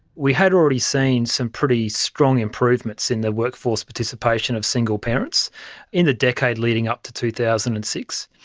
we had already seen some pretty strong improvements in the workforce participation of single parents in the decade leading up to two thousand and six,